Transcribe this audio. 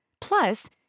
Plus